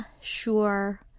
sure